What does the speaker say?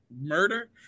murder